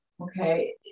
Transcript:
okay